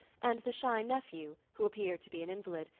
and the shy nephew, who appeared to be an invalid,